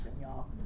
y'all